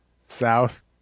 south